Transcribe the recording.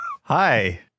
Hi